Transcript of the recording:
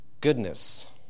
goodness